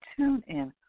TuneIn